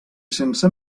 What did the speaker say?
sense